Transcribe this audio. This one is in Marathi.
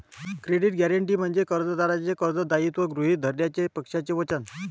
क्रेडिट गॅरंटी म्हणजे कर्जदाराचे कर्ज दायित्व गृहीत धरण्याचे पक्षाचे वचन